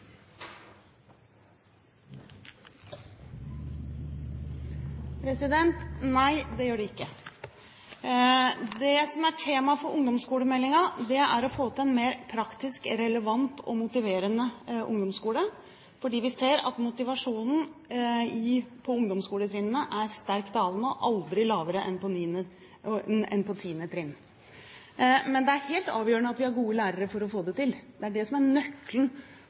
Nei, det gjør det ikke. Det som er tema for ungdomsskolemeldingen, er å få til en mer praktisk, relevant og motiverende ungdomsskole, fordi vi ser at motivasjonen på ungdomsskoletrinnene er sterkt dalende og aldri lavere enn på 10. trinn. Men det er helt avgjørende at vi har gode lærere for å få til det – det er nøkkelen til å få til en variert og motiverende undervisning. Så skal jeg komme nærmere tilbake til hva som er